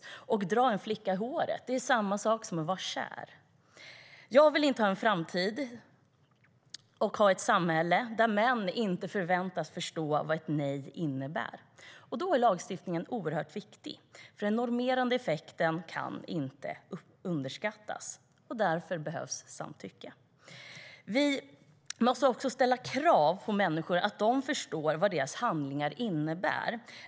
När man drar en flicka i håret vill jag inte höra att det är samma sak som att vara kär. Vi måste ställa krav på människor så att de förstår vad deras handlingar innebär.